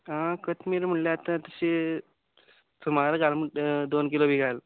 कोतमीर म्हळ्ळ्या आतां तशी सुमार घाल म्हणट दोन किलो बी घाल